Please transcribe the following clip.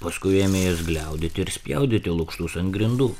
paskui ėmė jas gliaudyti ir spjaudyti lukštus ant grindų